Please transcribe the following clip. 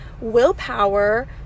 willpower